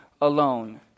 alone